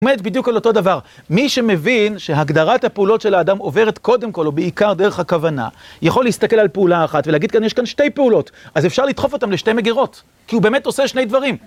הוא עומד בדיוק על אותו דבר, מי שמבין שהגדרת הפעולות של האדם עוברת קודם כל, או בעיקר דרך הכוונה, יכול להסתכל על פעולה אחת ולהגיד יש כאן שתי פעולות, אז אפשר לדחוף אותן לשתי מגירות, כי הוא באמת עושה שני דברים.